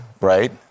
right